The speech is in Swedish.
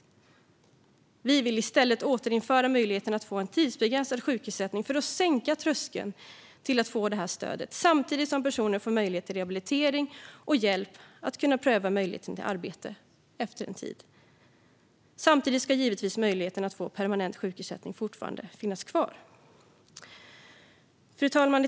Vi i Sverigedemokraterna vill i stället återinföra möjligheten att man ska kunna få en tidsbegränsad sjukersättning för att sänka tröskeln till stödet samtidigt som personen får möjlighet till rehabilitering och hjälp att efter en tid kunna pröva möjligheten till arbete. Samtidigt ska givetvis möjligheten att få permanent sjukersättning fortfarande finnas kvar. Fru talman!